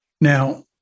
Now